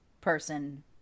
person